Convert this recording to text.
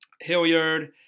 Hilliard